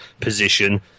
position